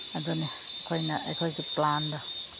ꯑꯗꯨꯅꯤ ꯑꯩꯈꯣꯏꯅ ꯑꯩꯈꯣꯏꯒꯤ ꯄ꯭ꯂꯥꯟꯗꯣ